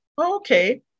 okay